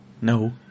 No